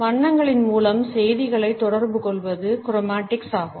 வண்ணங்களின் மூலம் செய்திகளைத் தொடர்புகொள்வது குரோமடிக்ஸ் ஆகும்